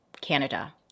Canada